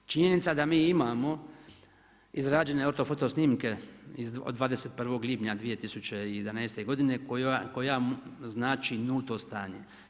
Činjenica da mi imamo izrađene ortofoto snimke od 21. lipnja 2011. godine koja znači nulto stanje.